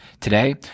Today